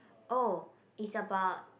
oh it's about